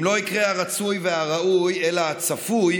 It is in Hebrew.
אם לא יקרה הרצוי והראוי אלא הצפוי,